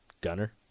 Gunner